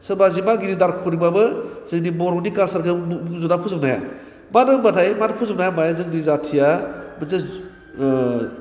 सोरबा बेसेबा गिदिर दारस'निकबाबो जोंनि बर'नि काल्सारखौ बुंजोबना फोजोबनो हाया मानो होनबाथाय मानो फोजोबनो हाया होनबा जोंनि जाथिया मोनसे